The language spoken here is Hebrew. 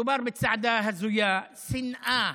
מדובר בצעדה הזויה, שנאה,